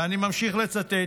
ואני ממשיך לצטט: